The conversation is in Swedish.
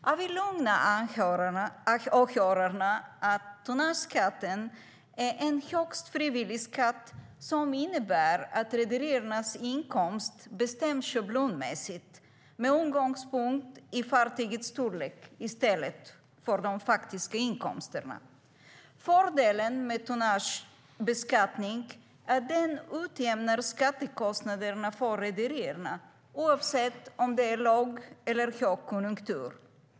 Jag kan lugna åhörarna med att tonnageskatten är en högst frivillig skatt som innebär att rederiernas inkomst bestäms schablonmässigt med utgångspunkt i fartygets storlek i stället för de faktiska inkomsterna. Fördelen med tonnagebeskattning är att den utjämnar skattekostnaderna för rederierna, oavsett om det är låg eller högkonjunktur.